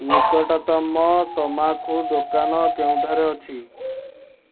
ନିକଟତମ ତମାଖୁ ଦୋକାନ କେଉଁଠାରେ ଅଛି